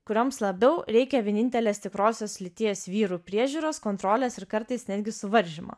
kurioms labiau reikia vienintelės tikrosios lyties vyrų priežiūros kontrolės ir kartais netgi suvaržymo